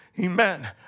Amen